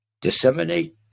Disseminate